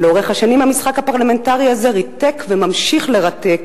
ולאורך השנים המשחק הפרלמנטרי הזה ריתק וממשיך לרתק